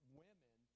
women